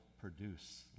produce